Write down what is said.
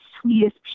sweetest